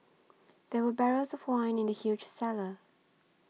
there were barrels of wine in the huge cellar